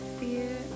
fear